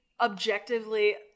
objectively